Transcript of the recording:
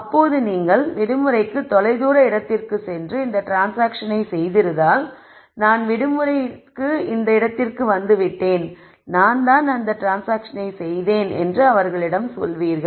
அப்போது நீங்கள் விடுமுறைக்கு தொலைதூர இடத்திற்குச் சென்று இந்த ட்ரான்ஸ்சாங்க்ஷனை செய்திருந்தால் நான் விடுமுறைக்கு இந்த இடத்திற்கு வந்து விட்டேன் நான்தான் அந்த ட்ரான்ஸ்சாங்க்ஷனை செய்தேன் என்று அவர்களிடம் சொல்லுவீர்கள்